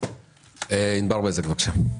ענבר בזק, בבקשה.